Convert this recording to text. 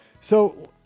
So-